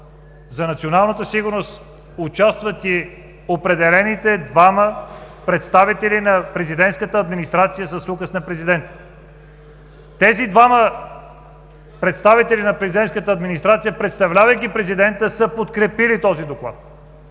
за националната сигурност, участват и определените двама представители на Президентската администрация с указ на президента. Тези двама представители на Президентската администрация, представлявайки президента, са подкрепили този Доклад,